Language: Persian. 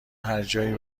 هرجایی